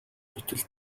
гэтэл